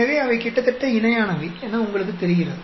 எனவே அவை கிட்டத்தட்ட இணையானவை என உங்களுக்குத் தெரிகிறது